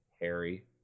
Harry